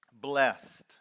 blessed